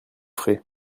ferez